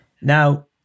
Now